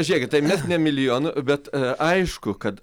žiūrėkit tai mes ne milijonu bet aišku kad